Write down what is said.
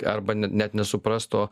arba ne net nesuprast o